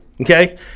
okay